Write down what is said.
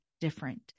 different